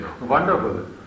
Wonderful